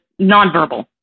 nonverbal